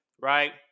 right